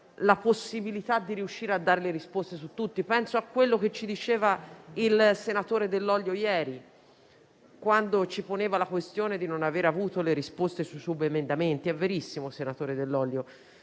la possibilità di dare le risposte su tutto. Penso a quanto diceva il senatore Dell'Olio ieri, quando poneva la questione di non aver avuto risposte ai subemendamenti: è verissimo, senatore Dell'Olio,